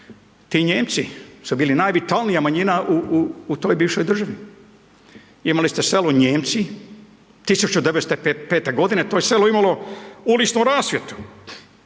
ti Nijemci su bili najvitalnija manjina u toj bivšoj državi. Imali ste selo Nijemci 1905.-te godine, to je selo imalo uličnu rasvjetu